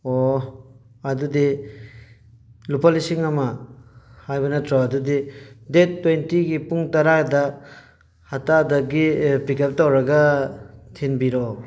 ꯑꯣ ꯑꯗꯨꯗꯤ ꯂꯨꯄꯥ ꯂꯤꯁꯤꯡ ꯑꯃ ꯍꯥꯏꯕ ꯅꯠꯇ꯭ꯔꯣ ꯑꯗꯨꯗꯤ ꯗꯦꯠ ꯇ꯭ꯋꯦꯟꯇꯤꯒꯤ ꯄꯨꯡ ꯇꯔꯥꯗ ꯍꯠꯇꯥꯗꯒꯤ ꯄꯤꯛ ꯑꯞ ꯇꯧꯔꯒ ꯊꯤꯟꯕꯤꯔꯛꯑꯣ